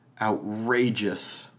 outrageous